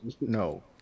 No